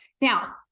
Now